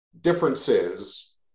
differences